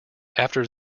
after